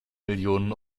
millionen